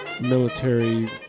military